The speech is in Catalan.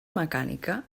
mecànica